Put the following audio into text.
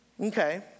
Okay